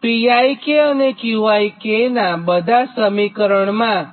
તો Pik અને Qik નાં આ બધાં સમીકરણમાં